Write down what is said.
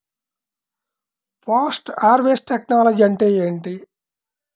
Post harvest technology అంటే ఏమిటి?